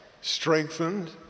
strengthened